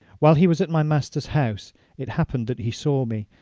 while he was at my master's house it happened that he saw me,